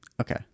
Okay